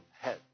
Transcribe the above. head